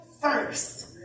first